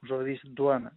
žodis duona